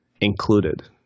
included